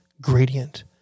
gradient